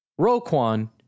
Roquan